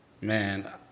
man